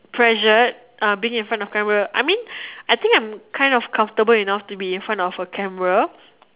pressured uh being in front of the camera I mean I think I'm kind of comfortable enough to be in front of the camera